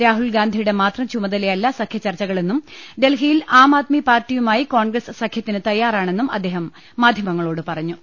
രാഹുൽ ഗാന്ധിയുടെ മാത്രം ചുമതലയല്ല സഖ്യ ചർച്ചക്ളെന്നും ഡൽഹിയിൽ ആം ആദ്മി പാർട്ടിയുമായി കോൺഗ്രസ് സഖ്യത്തിന് തയ്യാറാണെന്നും അദ്ദേഹം മാധ്യമങ്ങളോട് പറഞ്ഞു